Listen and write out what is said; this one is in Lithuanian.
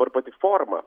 arba tik forma